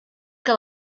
que